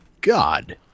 God